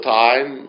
time